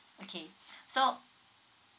okay so